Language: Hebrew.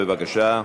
בבקשה.